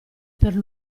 per